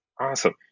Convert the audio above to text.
awesome